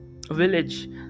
village